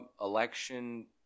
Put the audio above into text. election